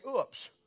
oops